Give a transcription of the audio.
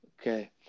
Okay